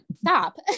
stop